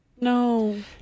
No